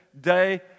day